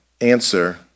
answer